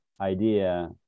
idea